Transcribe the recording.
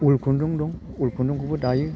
उल खुन्दुं दं उल खुन्दुंखौबो दायो